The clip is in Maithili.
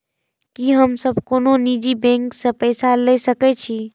की हम सब कोनो निजी बैंक से पैसा ले सके छी?